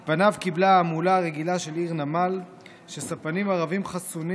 את פניו קיבלה המולה רגילה של עיר נמל שספנים ערבים חסונים